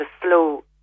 slow